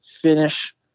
finish